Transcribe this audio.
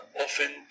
often